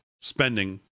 spending